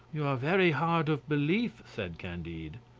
you are very hard of belief, said candide.